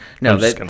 no